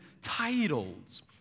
titles